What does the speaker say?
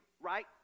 right